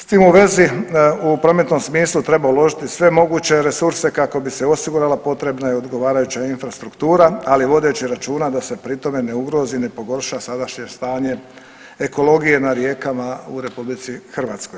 S tim u vezi u prometnom smislu treba uložiti sve moguće resurse kako bi se osigurala potrebna i odgovarajuća infrastruktura, ali vodeći računa da se pri tome ne ugrozi i ne pogorša sadašnje stanje ekologije na rijekama u RH.